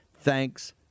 Thanks